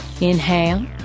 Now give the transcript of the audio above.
Inhale